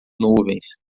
nuvens